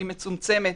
שהיא מצומצמת,